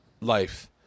life